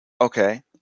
Okay